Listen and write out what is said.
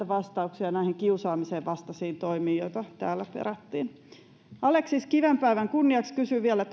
vastauksia kiusaamisen vastaisiin toimiin joita täällä perättiin aleksis kiven päivän kunniaksi kysyn vielä